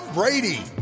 Brady